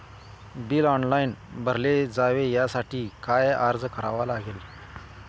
Bill online भरले जावे यासाठी काय अर्ज करावा लागेल?